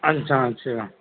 اچھا اچھا